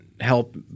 help